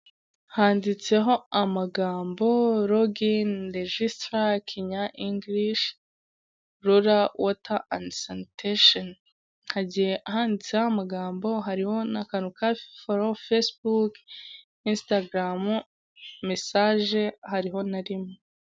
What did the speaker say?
Handitseho amagambo login, legistor kinya English laula, water and sanitation hagiye handitseho amagambo harimo na kantu ka foro, facebook ,instagram, message hariho na rimwe.